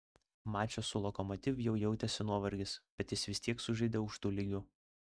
mače su lokomotiv jau jautėsi nuovargis bet jis vis tiek sužaidė aukštu lygiu